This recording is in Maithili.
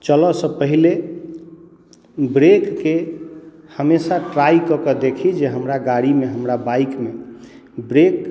चलऽ से पहले ब्रेकके हमेशा ट्राइ कऽ के देखी जे हमरा गाड़ीमे हमरा बाइकमे ब्रेक